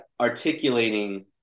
articulating